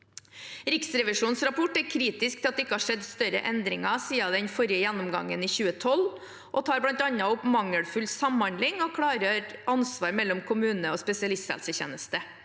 Riksrevisjonens rapport er kritisk til at det ikke har skjedd store endringer siden den forrige gjennomgangen i 2012, og tar bl.a. opp mangelfull samhandling og klargjør ansvaret mellom kommune og spesialisthelsetjeneste.